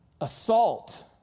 assault